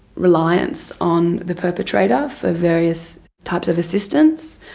reliance on the perpetrator for various types of assistance,